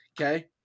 Okay